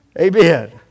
Amen